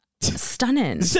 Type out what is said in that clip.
stunning